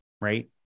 right